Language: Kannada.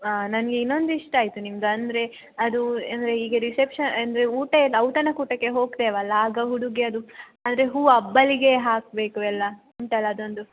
ಹಾಂ ನನಗೆ ಇನ್ನೊಂದು ಇಷ್ಟ ಆಯಿತು ನಿಮ್ದು ಅಂದರೆ ಅದು ಅಂದರೆ ಈಗ ರಿಸೆಪ್ಶ ಅಂದರೆ ಊಟ ಎಲ್ಲ ಔತಣ ಕೂಟಕ್ಕೆ ಹೋಗ್ತೇವಲ್ಲ ಆಗ ಹುಡುಗಿಯದು ಅಂದರೆ ಹೂ ಅಬ್ಬಲಿಗೆ ಹಾಕಬೇಕು ಎಲ್ಲ ಉಂಟಲ್ಲ ಅದೊಂದು